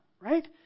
Right